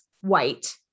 white